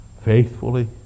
Faithfully